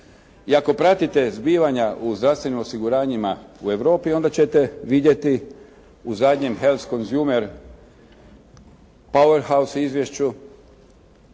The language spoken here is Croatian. I ako pratite zbivanja u zdravstvenim osiguranjima u Europi, onda ćete vidjeti u zadnjem Health consumer power house izvješću